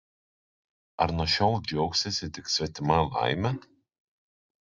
ar nuo šiol džiaugsiesi tik svetima laime